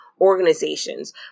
organizations